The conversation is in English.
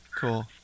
Cool